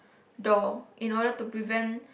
door in order to prevent